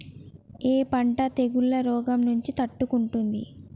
ఏ పంట తెగుళ్ల రోగం నుంచి తట్టుకుంటుంది?